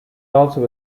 also